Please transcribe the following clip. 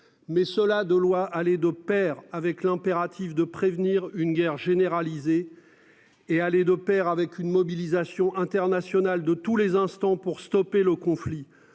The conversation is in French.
mais cela de loi aller de Pair avec l'impératif de prévenir une guerre généralisée. Est allée de Pair avec une mobilisation internationale de tous les instants pour stopper le conflit